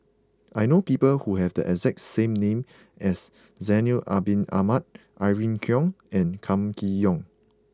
I know people who have the exact name as Zainal Abidin Ahmad Irene Khong and Kam Kee Yong